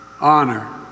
Honor